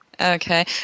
Okay